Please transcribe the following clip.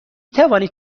توانید